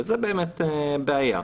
זאת בעיה.